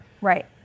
Right